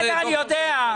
אני יודע.